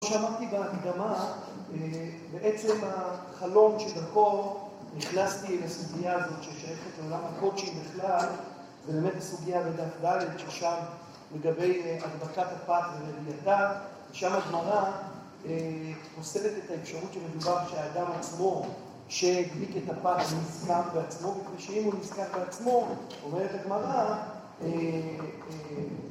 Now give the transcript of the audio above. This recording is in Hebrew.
כמו שאמרתי בהקדמה, בעצם החלון שדרכו נכנסתי לסוגיה הזאת ששייכת לעולם הקודשי בכלל, זה באמת הסוגיה בדף ד׳ ששם לגבי הדבקת הפת ורדייתה שם הגמרא פוסלת את האפשרות שמדובר שהאדם עצמו שהדביק את הפת ונזכר בעצמו, מפני שאם הוא נזכר בעצמו, אומרת הגמרא...